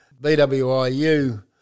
BWIU